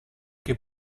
che